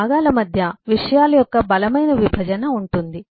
ఈ భాగాల మధ్య విషయాల యొక్క బలమైన విభజన ఉంటుంది